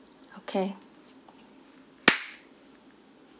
okay